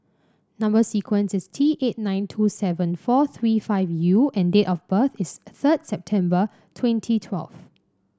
number sequence is T eight nine two seven four three five U and date of birth is third of September twenty twelve